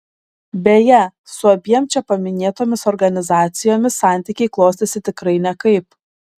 beje su abiem čia paminėtomis organizacijomis santykiai klostėsi tikrai nekaip